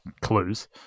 Clues